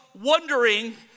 wondering